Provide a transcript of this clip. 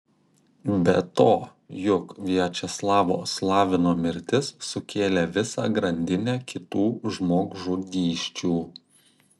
be to juk viačeslavo slavino mirtis sukėlė visą grandinę kitų žmogžudysčių